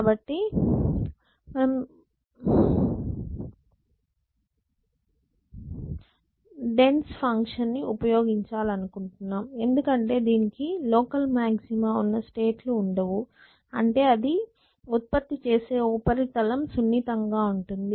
కాబట్టి మేము డెన్సర్ ఫంక్షన్ను ఉపయోగించాలనుకుంటున్నాము ఎందుకంటే దీనికి లోకల్ మాగ్జిమా ఉన్న స్టేట్ లు ఉండవు అంటే అది ఉత్పత్తి చేసే ఉపరితలం సున్నితంగా ఉంటుంది